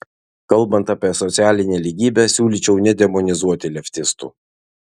kalbant apie socialinę lygybę siūlyčiau nedemonizuoti leftistų